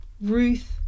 Ruth